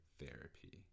therapy